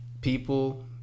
people